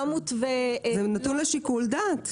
זה נתון לשיקול דעת.